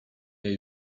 jej